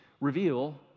reveal